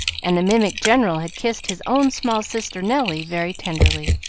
and the mimic general had kissed his own small sister, nelly, very tenderly.